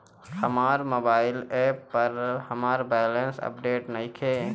हमर mobile app पर हमर बैलेंस अपडेट नइखे